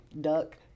Duck